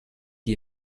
die